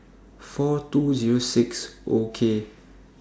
four two Zero six O K